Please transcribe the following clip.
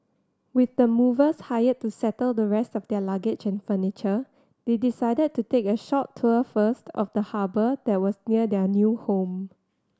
with the movers hired to settle the rest of their luggage and furniture they decided to take a short tour first of the harbour that was near their new home